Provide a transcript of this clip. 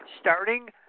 starting